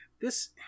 This-